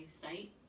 site